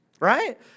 right